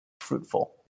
fruitful